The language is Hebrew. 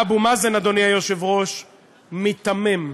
ואבו מאזן, אדוני היושב-ראש, מיתמם.